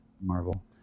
Marvel